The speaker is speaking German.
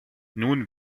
nun